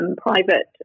private